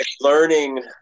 learning